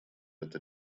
это